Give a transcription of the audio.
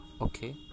Okay